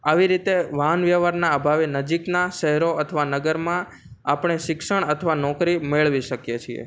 આવી રીતે વાહન વ્યવહારના અભાવે નજીકના શહેરો અથવા નગરમાં આપણે શિક્ષણ અથવા નોકરી મેળવી શકીએ છીએ